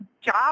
job